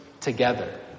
together